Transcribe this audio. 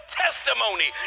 testimony